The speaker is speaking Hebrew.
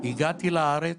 הגעתי לארץ,